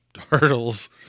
hurdles